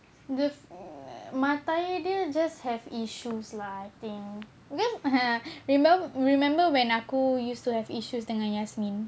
the mata air dia just have issues lah I think because remember remember when aku used to have issues dengan yasmin